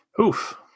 oof